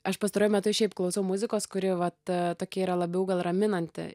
aš pastaruoju metu šiaip klausau muzikos kuri vat tokia yra labiau gal raminanti